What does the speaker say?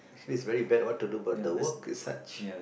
actually is very bad what to do but the work is such